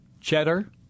Cheddar